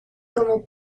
como